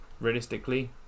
realistically